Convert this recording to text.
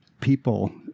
people